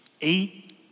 Eight